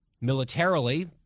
Militarily